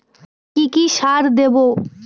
কি কি সার দেবো?